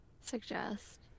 suggest